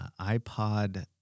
iPod